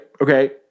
Okay